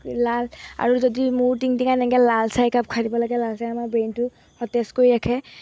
লাল আৰু যদি মোৰ টিংটিঙা এনেকৈ লাল চাহ একাপ খাই দিব লাগে লাল চাহে আমাৰ ব্ৰেইনটো সতেজ কৰি ৰাখে